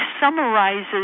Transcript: summarizes